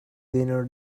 dinner